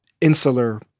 insular